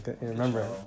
Remember